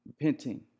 repenting